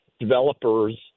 developers